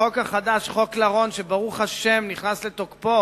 החוק החדש, חוק לרון, שברוך השם נכנס לתוקפו